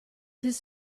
his